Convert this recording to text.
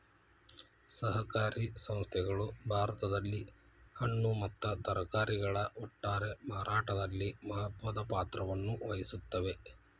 ಸಹಕಾರಿ ಸಂಸ್ಥೆಗಳು ಭಾರತದಲ್ಲಿ ಹಣ್ಣು ಮತ್ತ ತರಕಾರಿಗಳ ಒಟ್ಟಾರೆ ಮಾರಾಟದಲ್ಲಿ ಮಹತ್ವದ ಪಾತ್ರವನ್ನು ವಹಿಸುತ್ತವೆ